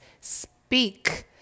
Speak